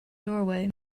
doorway